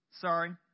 Sorry